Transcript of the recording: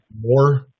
more